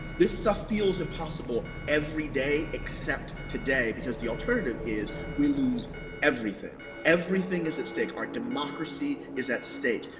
this stuff feels impossible every day except today, because the alternative is we lose everything. everything is at stake, our democracy is at stake,